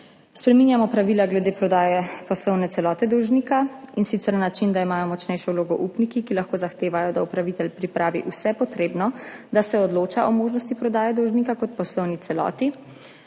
Spreminjamo pravila glede prodaje poslovne celote dolžnika, in sicer na način, da imajo močnejšo vlogo upniki, ki lahko zahtevajo, da upravitelj pripravi vse potrebno, da se odloča o možnosti prodaje dolžnika kot poslovni celoti.